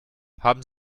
haben